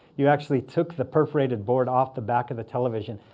you actually took the perforated board off the back of the television,